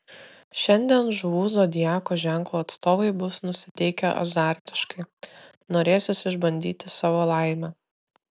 šiandien žuvų zodiako ženklo atstovai bus nusiteikę azartiškai norėsis išbandyti savo laimę